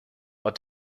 but